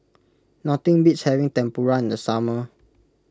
nothing beats having Tempura in the summer